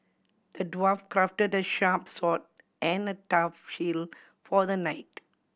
the dwarf crafted a sharp sword and a tough shield for the knight